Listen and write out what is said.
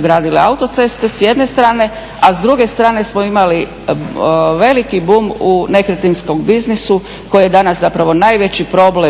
gradile autoceste s jedne strane, a s druge strane smo imali veliki boom u nekretninskom biznisu koji je danas zapravo najveći problem